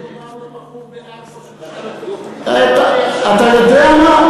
מה אני אומר לבחור ששאל אותי, אתה יודע מה?